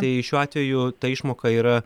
tai šiuo atveju ta išmoka yra